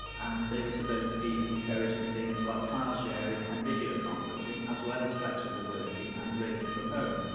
and they were supposed to be encouraging things like car sharing and video-conferencing as well as flexible working and working from home.